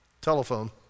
telephone